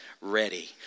ready